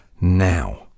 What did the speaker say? now